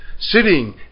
sitting